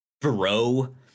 bro